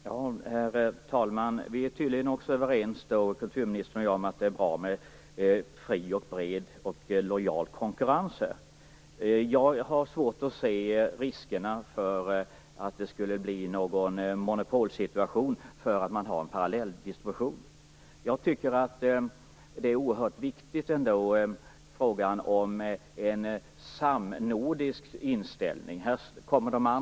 Herr talman! Kulturministern och jag är tydligen också överens om att det är bra med fri, bred och lojal konkurrens. Jag har svårt att se riskerna för att det skulle bli någon monopolsituation på grund av att man har parallelldistribution. Jag tycker att frågan om en samnordisk inställning är oerhört viktig.